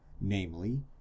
namely